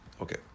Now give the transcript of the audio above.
okay